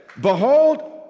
behold